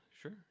sure